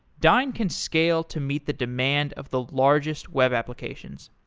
dyn can scale to meet the demand of the largest web applications.